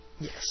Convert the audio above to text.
Yes